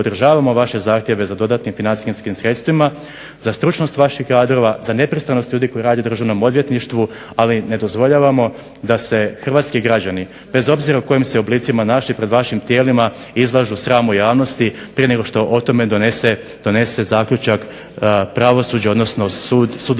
podržavamo vaše zahtjeve za dodatnim financijskim sredstvima, za stručnost vaših kadrova, za nepristranost ljudi koji rade u Državnom odvjetništvu, ali ne dozvoljavamo da se hrvatski građani, bez obzira u kojim se oblicima našli pred vašim tijelima izlažu sramu javnosti prije nego što o tome donose zaključak pravosuđe odnosno sudovi